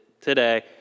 today